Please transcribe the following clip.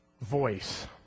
voice